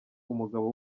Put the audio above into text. umugabo